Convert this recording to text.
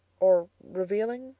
or revealing.